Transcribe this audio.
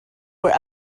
were